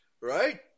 right